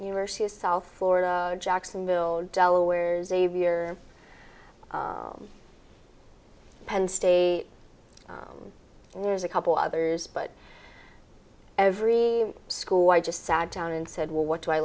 university of south florida jacksonville delaware xavier penn state and there's a couple of others but every school i just sat down and said well what do i